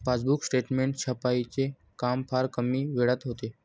passbook statement छपाईचे काम फार कमी वेळात होते